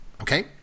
Okay